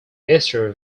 easter